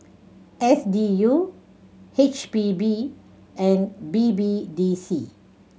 S D U H P B and B B D C